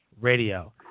Radio